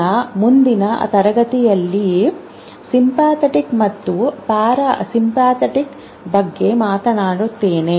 ನನ್ನ ಮುಂದಿನ ತರಗತಿಯಲ್ಲಿ "ಸಿಎಂಪೆಥೆಟಿಕ್ ಮತ್ತು ಪ್ಯಾರಾಸಿಂಪಥೆಟಿಕ್" ಬಗ್ಗೆ ಮಾತನಾಡುತ್ತೇನೆ